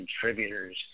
contributors